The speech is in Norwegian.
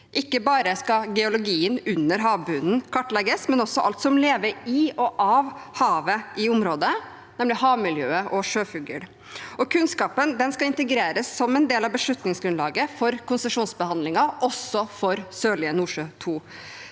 Ikke bare skal geologien under havbunnen kartlegges, men også alt som lever i og av havet i området, nemlig havmiljøet og sjøfugl. Kunnskapen skal integreres som en del av beslutningsgrunnlaget for konsesjonsbehandlingen, også for Sørlige Nordsjø II.